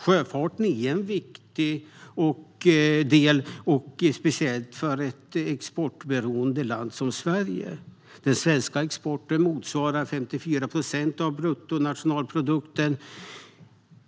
Sjöfarten är viktig, speciellt för ett exportberoende land som Sverige. Den svenska exporten motsvarar 54 procent av bruttonationalprodukten.